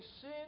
sin